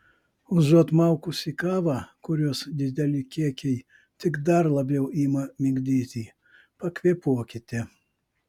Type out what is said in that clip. užuot maukusi kavą kurios dideli kiekiai tik dar labiau ima migdyti pakvėpuokite